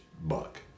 buck